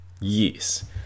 yes